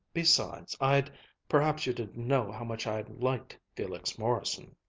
besides, i'd perhaps you didn't know how much i'd liked felix morrison.